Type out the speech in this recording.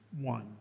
one